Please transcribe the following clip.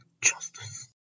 Justice